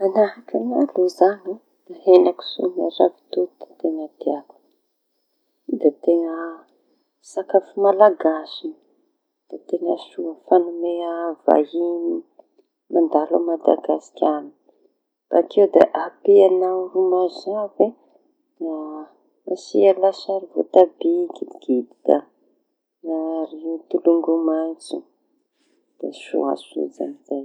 Manahaky aña aloha zañy da heña kisoa miaro ravitoto da teña tiako io. Da teña sakafo malagasy da teña soa fañomea vahiñy mandalo aMadagasikara. Bakeo da ampiñao ro mazave da asia lasary votabi kidikidy miaro tolongo metso da soasoa izy amizay.